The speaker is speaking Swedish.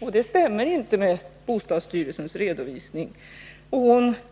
Men det stämmer inte med bostadsstyrelsens redovisning. Bostadsministern